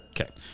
Okay